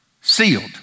sealed